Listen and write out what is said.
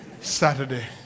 Saturday